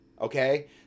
Okay